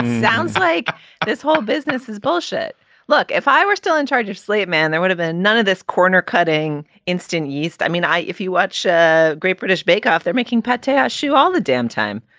sounds like this whole business is bullshit look, if i were still in charge of slate man, there would have been none of this corner cutting. instant east. i mean, i if you watch the ah great british bake off, they're making petta shoe all the damn time.